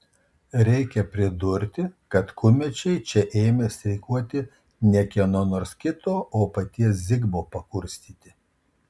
reikia pridurti kad kumečiai čia ėmė streikuoti ne kieno nors kito o paties zigmo pakurstyti